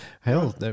Hell